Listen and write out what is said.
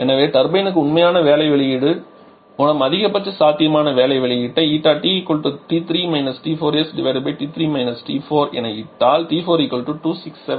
எனவே டர்பைனுக்கான உண்மையான வேலை வெளியீடு மூலம் அதிகபட்ச சாத்தியமான வேலை வெளியீட்டை TT3 T4sT3 T4 என இட்டால் T4 267